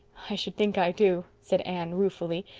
i should think i do, said anne ruefully.